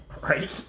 Right